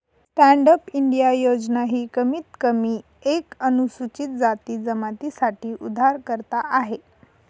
stand up India योजना ही कमीत कमी एक अनुसूचित जाती जमाती साठी उधारकर्ता आहे